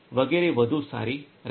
વગેરે વધુ સારી રહેશે